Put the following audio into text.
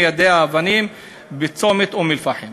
ניהל ביום 1 באוקטובר 2000 בצומת אום-אלפחם